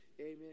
Amen